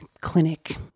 clinic